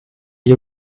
you